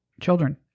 children